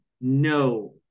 no